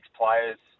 players